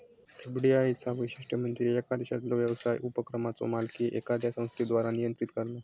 FDI चा वैशिष्ट्य म्हणजे येका देशातलो व्यवसाय उपक्रमाचो मालकी एखाद्या संस्थेद्वारा नियंत्रित करणा